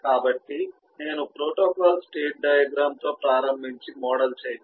కాబట్టి నేను protocol state diagram తో ప్రారంభించి మోడల్ చేయగలను